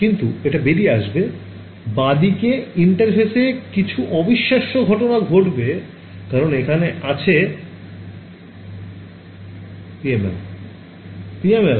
কিন্তু এটা বেরিয়ে আসবে বাঁদিকে ইন্টারফেসে কিছু অবিশ্বাস্য ঘটনা ঘটবে কারণ এখানে আছে ছাত্র ছাত্রীঃ PML